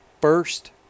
first